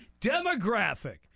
Demographic